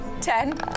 Ten